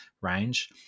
range